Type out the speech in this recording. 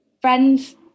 friends